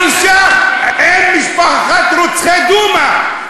נפגשה עם משפחת רוצחי דומא.